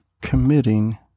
committing